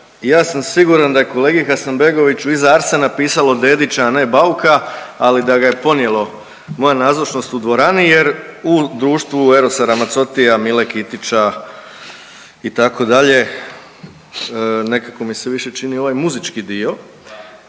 Ja sam siguran da je kolegi Hasanbegoviću iza Arsena pisalo Dedića, a ne Bauka, ali da ga je podnijelo moja nazočnost u dvorani jer u društvu Erosa Ramazzottija, Mile Kitića itd., nekako mi se više čini ovaj muzički